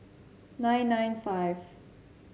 nine nine five